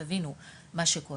תבינו את מה שקורה.